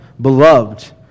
beloved